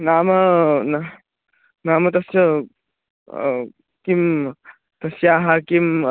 नाम न नाम तस्य किं तस्याः किं